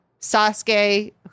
Sasuke